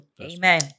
amen